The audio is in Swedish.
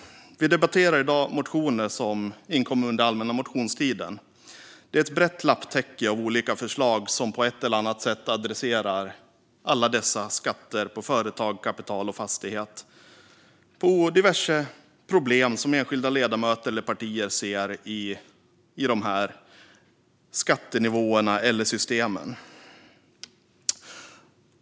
Vi debatterar i dag motioner som inkommit under den allmänna motionstiden. Det är ett brett lapptäcke av olika förslag som på ett eller annat sätt adresserar alla dessa skatter på företag, kapital och fastigheter och diverse problem som enskilda ledamöter eller partier ser i skattenivåerna eller skattesystemen.